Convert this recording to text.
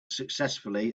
successfully